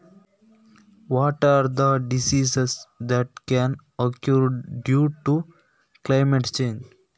ಹವಾಮಾನ ವೈಪರೀತ್ಯದಿಂದಾಗಿ ಸಂಭವಿಸಬಹುದಾದ ರೋಗಗಳು ಯಾವುದು?